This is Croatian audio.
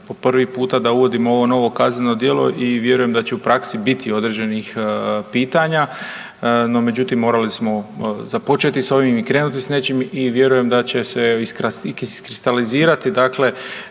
po prvi puta da uvodimo ovo novo kazneno djelo i vjerujem da će u praksi biti određenih pitanja, međutim, morali smo započeti s ovim i krenuti s nečim i vjerujem da će se iskristalizirati, dakle